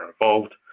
involved